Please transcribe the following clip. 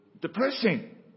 depressing